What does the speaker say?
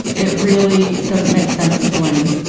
it really doesn't make sense to blame.